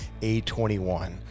A21